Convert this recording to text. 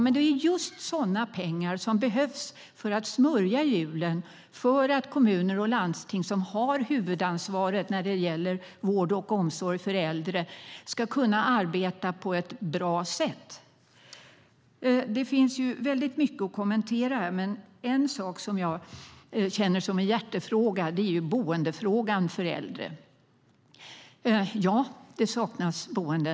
Men det är just sådana pengar som behövs för att smörja hjulen, för att kommuner och landsting, som har huvudansvaret när det gäller vård och omsorg för äldre, ska kunna arbeta på ett bra sätt. Det finns mycket att kommentera. En sak som jag har som en hjärtefråga är boendefrågan för äldre. Visst saknas det boenden.